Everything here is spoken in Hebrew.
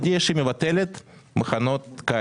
אמרתי שהעמותה הודיעה שהיא מבטלת את מחנות הקיץ.